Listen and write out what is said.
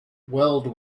weld